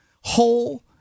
whole